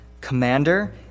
commander